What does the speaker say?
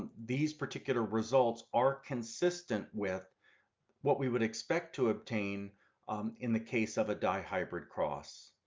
and these particular results are consistent with what we would expect to obtain in the case of a dihybrid cross.